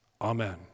Amen